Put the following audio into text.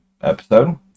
episode